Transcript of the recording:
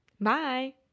Bye